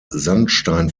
sandstein